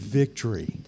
victory